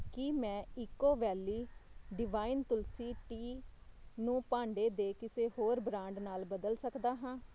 ਕੀ ਮੈਂ Eco Valley Divine Tulsi Tea ਨੂੰ ਭਾਂਡੇ ਦੇ ਕਿਸੇ ਹੋਰ ਬ੍ਰਾਂਡ ਨਾਲ ਬਦਲ ਸਕਦਾ ਹਾਂ